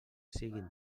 siguin